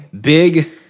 Big